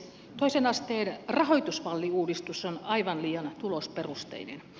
toisen asteen rahoitusmalliuudistus on aivan liian tulosperusteinen